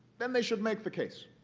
then they should make the case.